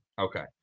Okay